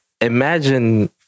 Imagine